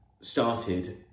started